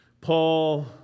Paul